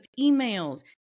emails